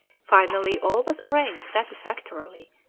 finally all was arranged satisfactorily,